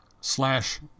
slash